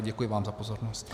Děkuji vám za pozornost.